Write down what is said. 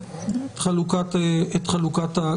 ונראה את חלוקת הגזרות.